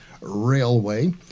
Railway